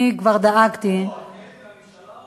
אני כבר דאגתי, את חלק מהממשלה או מהאופוזיציה?